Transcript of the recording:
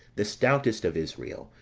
the stoutest of israel,